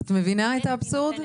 את מבינה את האבסורד?